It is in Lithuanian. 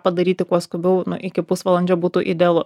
padaryti kuo skubiau iki pusvalandžio būtų idealu